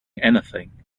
anything